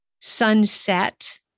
sunset